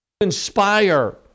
inspire